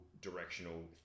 directional